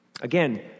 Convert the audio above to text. Again